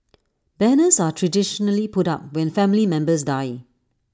banners are traditionally put up when family members die